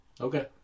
Okay